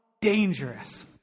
dangerous